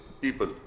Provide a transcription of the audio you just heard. people